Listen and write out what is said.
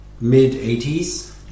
mid-80s